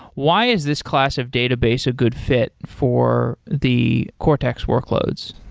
why is this class of database a good fit for the cortex workloads?